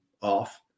off